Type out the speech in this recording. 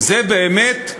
זה באמת,